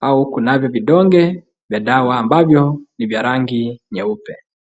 au kunavyo vidonge vya dawa ambavyo ni vya rangi nyeupe.